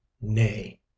nay